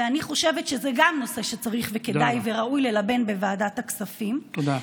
אני חושבת שזה גם נושא שצריך וכדאי וראוי ללבן בוועדת הכספים תודה לך.